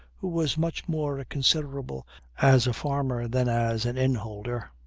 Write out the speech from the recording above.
who was much more considerable as a farmer than as an inn-holder.